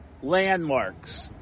landmarks